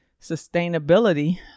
sustainability